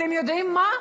אתם יודעים מה?